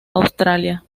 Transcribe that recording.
australia